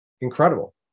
Incredible